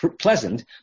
pleasant